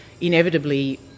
inevitably